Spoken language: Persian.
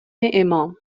امام